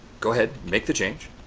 go ahead make the change